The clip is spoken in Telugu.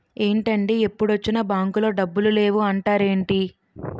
ఏంటండీ ఎప్పుడొచ్చినా బాంకులో డబ్బులు లేవు అంటారేంటీ?